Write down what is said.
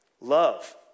Love